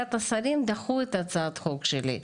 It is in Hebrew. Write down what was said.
ובוועדת השרים דחו את הצעת החוק שלי.